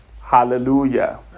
hallelujah